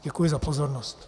Děkuji za pozornost.